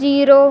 zero